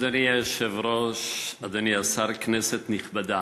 אדוני היושב-ראש, אדוני השר, כנסת נכבדה,